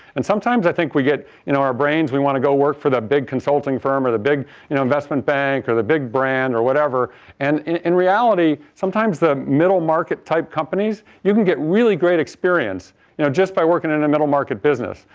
and sometimes i think we get ah our brains, we want to go work for the big consulting firm, or a big you know investment bank or the big brand or whatever and in reality sometimes the middle market-type companies, you can get really great experience you know just by working in a middle market business.